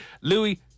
Louis